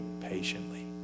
patiently